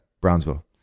Brownsville